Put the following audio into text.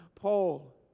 Paul